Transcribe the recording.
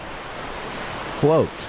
quote